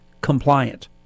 compliant